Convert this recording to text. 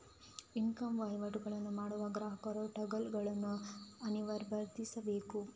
E com ವಹಿವಾಟುಗಳನ್ನು ಮಾಡಲು ಗ್ರಾಹಕರು ಟಾಗಲ್ ಗಳನ್ನು ಅನಿರ್ಬಂಧಿಸಬೇಕು